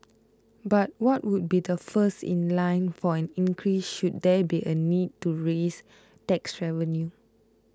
but what would be the first in line for an increase should there be a need to raise tax revenue